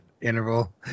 interval